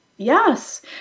Yes